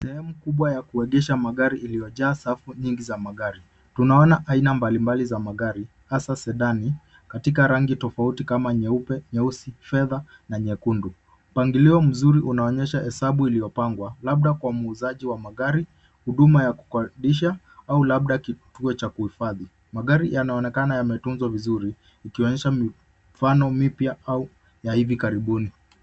Sehemu kubwa ya kuegesha magari iliyojaa safu nyingi za magari. Tunaona aina mbalimbali za magari, hasa Sedani, katika rangi tofauti kama nyeupe, nyeusi, fedha na nyekundu. Mpangilio mzuri unaonyesha hesabu iliyopangwa, labda kwa muuzaji wa magari, huduma ya kukodisha au labda kituo cha kuhifadhi. Magari yanaonekana yametunzwa vizuri, ikionyesha mifano mipya au ya hivi karibuni.